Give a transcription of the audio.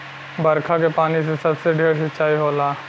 बरखा के पानी से सबसे ढेर सिंचाई होला